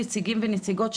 נציגות ונציגים,